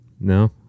No